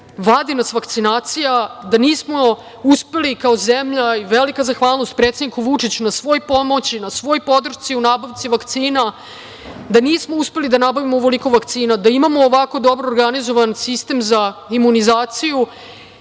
vadi vakcinacija. Da nismo uspeli kao zemlja, i velika zahvalnost predsedniku Vučiću na svoj pomoći, na svoj podršci u nabavci vakcina, da nismo uspeli da nabavimo ovoliko vakcina, da imamo ovako dobro organizovan sistem za imunizaciju,